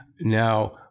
Now